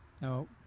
No